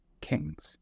kings